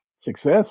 Success